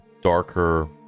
darker